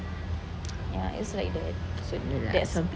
ya it's like that so yes